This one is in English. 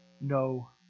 no